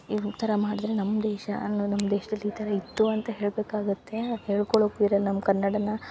ಈ ಥರ ಮಾಡಿದರೆ ನಮ್ಮ ದೇಶ ಅನ್ನೊ ನಮ್ಮ ದೇಶದಲ್ಲಿ ಈ ಥರ ಇತ್ತು ಅಂತ ಹೇಳಬೇಕಾಗುತ್ತೆ ಹೇಳ್ಕೊಳಕ್ಕು ಇರಲ್ಲ ನಮ್ಮ ಕನ್ನಡನ